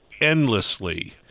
endlessly –